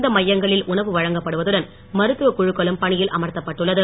இந்த மையங்களில் உணவு வழங்கப்படுதுடன் மருத்துவ குழுக்களும் பணியில் அமர்த்தப்பட்டுள்ளது